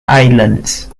islands